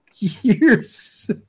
years